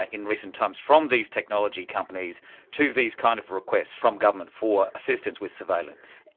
ah in recent times from these technology companies to these kind of requests from government for assistance with surveillance.